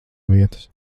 vietas